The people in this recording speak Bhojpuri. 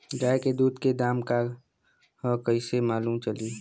गाय के दूध के दाम का ह कइसे मालूम चली?